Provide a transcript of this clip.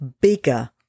bigger